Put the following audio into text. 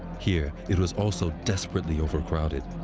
here, it was also desperately overcrowded.